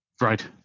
right